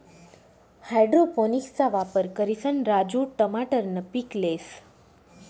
हाइड्रोपोनिक्सना वापर करिसन राजू टमाटरनं पीक लेस